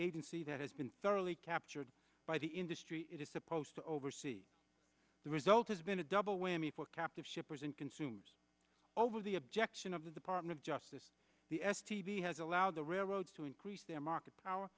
agency that has been thoroughly captured by the industry it is supposed to oversee the result has been a double whammy for captive shippers and consumers over the objection of the department of justice the s t v has allowed the railroads to increase their market power